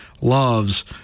loves